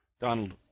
Donald